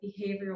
behavioral